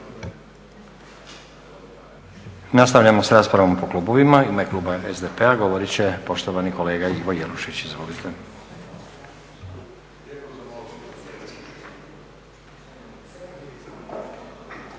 Nastavljamo s raspravom po klubovima. U ime kluba SDP-a govorit će poštovani kolega Ivo Jelušić. Izvolite.